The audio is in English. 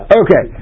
okay